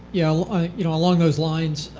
yeah you know along those lines,